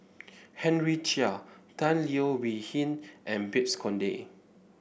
Henry Chia Tan Leo Wee Hin and Babes Conde